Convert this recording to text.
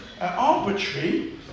arbitrary